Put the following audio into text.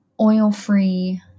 oil-free